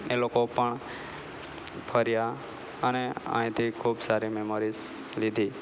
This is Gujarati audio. એ લોકો પણ ફર્યા અને અહીંથી ખૂબ સારી મેમોરીસ લીધી